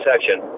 section